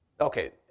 Okay